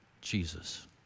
Jesus